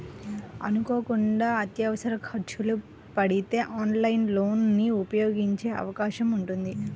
అనుకోకుండా అత్యవసర ఖర్చులు పడితే ఆన్లైన్ లోన్ ని ఉపయోగించే అవకాశం ఉంటుంది